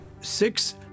Six